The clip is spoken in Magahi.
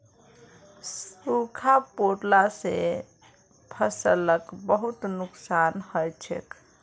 सूखा पोरला से फसलक बहुत नुक्सान हछेक